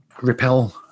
repel